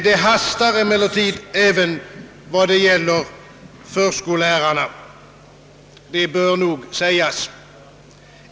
Det hastar emellertid även vad gäller förskollärarna — det bör sägas.